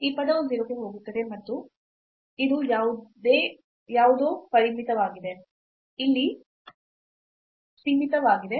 ಈ ಪದವು 0 ಕ್ಕೆ ಹೋಗುತ್ತದೆ ಮತ್ತು ಇದು ಯಾವುದೋ ಪರಿಮಿತವಾಗಿದೆ ಇಲ್ಲಿ ಸೀಮಿತವಾಗಿದೆ